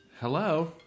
Hello